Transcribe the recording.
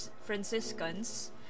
Franciscans